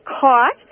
caught